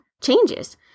changes